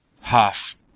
half